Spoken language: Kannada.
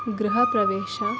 ಗೃಹಪ್ರವೇಶ